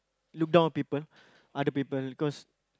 look down on people other people cause